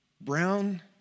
Brown